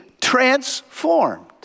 transformed